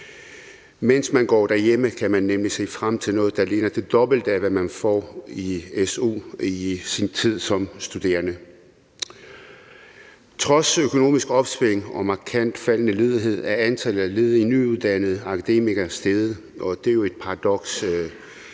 Mens man går derhjemme, kan man nemlig se frem til noget, der ligner det dobbelte af, hvad man får i su i sin tid som studerende. Trods økonomisk opsving og markant faldende ledighed er antallet af ledige nyuddannede akademikere steget, og det er jo et paradoks,